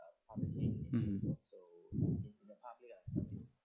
mmhmm